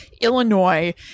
Illinois